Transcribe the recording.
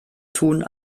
tun